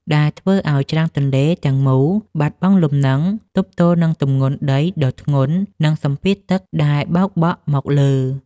ដែលធ្វើឱ្យច្រាំងទន្លេទាំងមូលបាត់បង់លំនឹងទប់ទល់នឹងទម្ងន់ដីដ៏ធ្ងន់ និងសម្ពាធទឹកដែលបោកបក់មកលើ។